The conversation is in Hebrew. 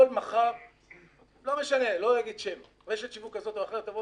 יכולה מחר רשת שיווק כזאת או אחרת לבוא